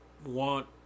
want